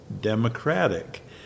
Democratic